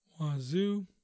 Wazoo